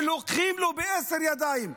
ולוקחים לו בעשר ידיים.